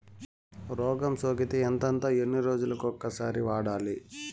రోగం సోకితే ఎంతెంత ఎన్ని రోజులు కొక సారి వాడాలి?